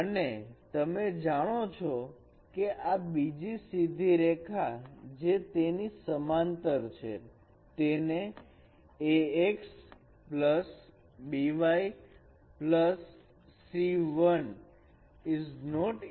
અને તમે જાણો છો કે આ બીજી સીધી રેખા જે તેની સમાંતર છે તેને ax by c1